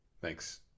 Thanks